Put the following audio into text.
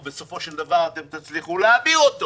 ובסופו של דבר אתם תצליחו להעביר אותו